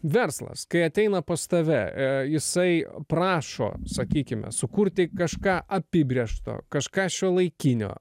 verslas kai ateina pas tave jisai prašo sakykime sukurti kažką apibrėžto kažką šiuolaikinio